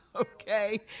Okay